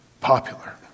popular